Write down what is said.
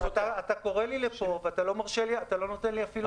אתה קורא לי לפה ולא נותן לי לדבר.